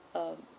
uh